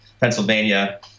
Pennsylvania